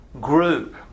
group